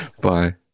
Bye